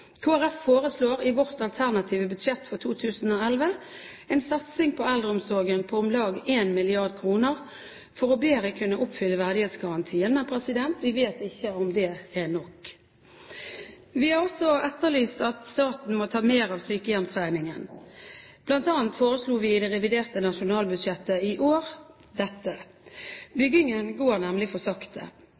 Folkeparti foreslår i sitt alternative budsjett for 2011 en satsing på eldreomsorgen på om lag 1 mrd. kr for bedre å kunne oppfylle verdighetsgarantien. Men vi vet ikke om det er nok. Vi har også etterlyst at staten må ta mer av sykehjemsregningen. Blant annet foreslo vi dette i revidert nasjonalbudsjett i år. Byggingen går nemlig for sakte.